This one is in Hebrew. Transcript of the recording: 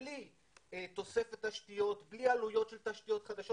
בלי תוספת תשתיות, בלי עלויות של תשתיות חדשות.